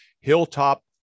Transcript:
hilltop